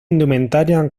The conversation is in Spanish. indumentaria